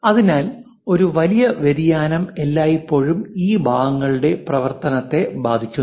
അതിനാൽ ഒരു വലിയ വ്യതിയാനം എല്ലായ്പ്പോഴും ഈ ഭാഗങ്ങളുടെ പ്രവർത്തനത്തെ ബാധിക്കുന്നു